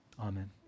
Amen